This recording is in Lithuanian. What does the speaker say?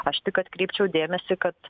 aš tik atkreipčiau dėmesį kad